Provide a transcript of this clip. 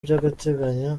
by’agateganyo